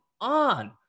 on